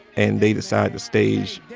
and they decide to stage,